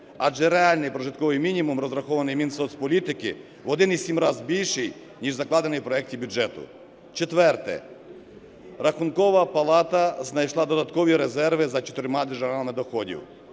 адже реальний прожитковий мінімум, розрахований Мінсоцполітики, в 1,7 разу більший, ніж закладений в проекті бюджету. Четверте. Рахункова палата знайшла додаткові резерви за чотирма джерелами доходів,